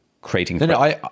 creating